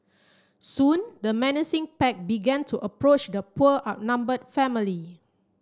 soon the menacing pack began to approach the poor outnumbered family